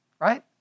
Right